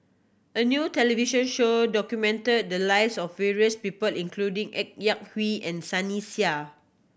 a new television show documented the lives of various people including Ng Yak Whee and Sunny Sia